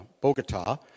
Bogota